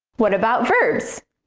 what about verbs?